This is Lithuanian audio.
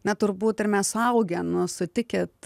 na turbūt ir mes suaugę nu sutikit